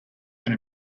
and